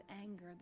anger